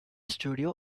studio